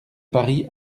paris